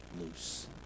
loose